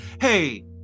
Hey